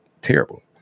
terrible